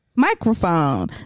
Microphone